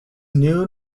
new